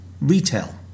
retail